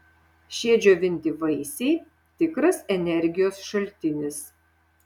šie džiovinti vaisiai tikras energijos šaltinis